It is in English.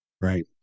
Right